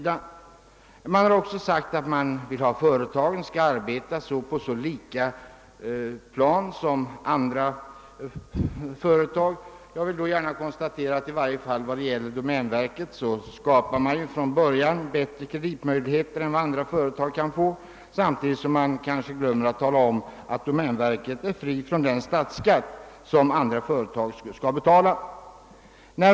Man har också önskat att företagen skall arbeta under så lika villkor som möjligt. Jag vill med anledning härav konstatera att för domänverket skapas bättre kreditmöjligheter än vad som gäller för andra företag. Vidare glömmer man ofta att påpeka att domänverket är befriat från statsskatt, vilken däremot andra företag skall betala.